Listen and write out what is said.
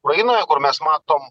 ukrainoje kur mes matom